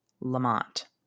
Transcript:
Lamont